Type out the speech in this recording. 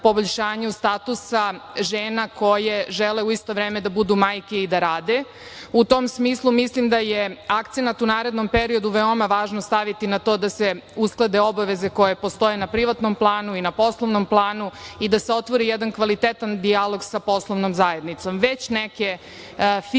statusa žena koje žele u isto vreme da budu majke i da rade.U tom smislu mislim da je akcenat u narednom periodu veoma važno staviti na to da se usklade obaveze koje postoje na privatnom planu i na poslovnom planu i da se otvori jedan kvalitetan dijalog sa poslovnom zajednicom. Već neke firme